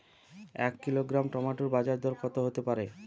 এক kilogram tomato বাজের দরকত হতে পারে?